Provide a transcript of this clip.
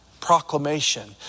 proclamation